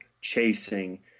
chasing